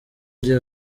njye